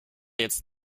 jetzt